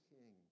king